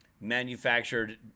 manufactured